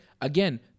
Again